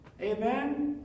Amen